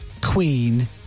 Queen